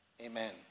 Amen